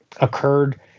occurred